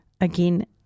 Again